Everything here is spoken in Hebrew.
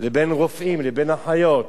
לבין רופאים, לבין אחיות.